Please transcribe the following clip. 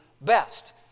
best